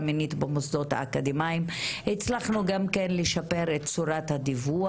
מינית במוסדות האקדמיים הצלחנו לשפר את צורת הדיווח.